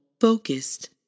focused